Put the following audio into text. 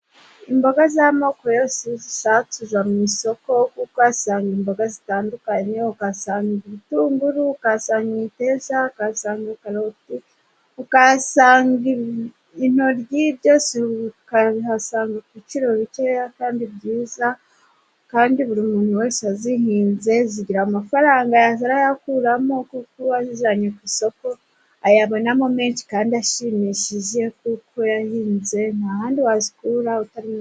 Imboga z'amoko yose zisasuza mu isoko kuko uhasanga imboga zitandukanye, uhasanga ibitunguru, ukahasanga imiteja, ukahasanga karoti, ukahasanga intoryi byose ukabihasanga ku biciro bike kandi byiza, kandi buri muntu wese wazihinze zigira amafaranga azajya arayakuramo kuko yazijyanye ku isoko ayabonamo menshi kandi ashimishije kuko yazihinze, nta handi wazikura utari.